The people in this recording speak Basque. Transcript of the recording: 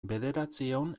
bederatziehun